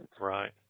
Right